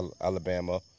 Alabama